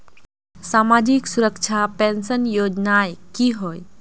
सामाजिक सुरक्षा पेंशन योजनाएँ की होय?